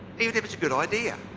even if it's a good idea.